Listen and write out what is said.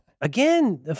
Again